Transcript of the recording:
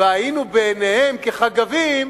והיינו בעיניהם כחגבים,